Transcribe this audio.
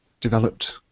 developed